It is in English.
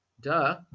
Duh